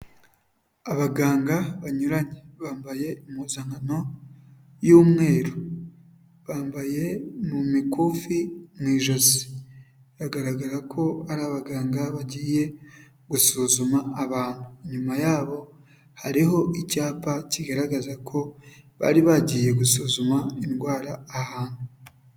Abaganga banyuranye, bambaye impuzankano y'umweru, bambaye mu mikufi mu ijosi, biragaragara ko ari abaganga bagiye gusuzuma abantu, inyuma yabo hariho icyapa kigaragaza ko bari bagiye gusuzuma indwara ahantu.